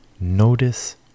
Notice